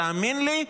תאמין לי,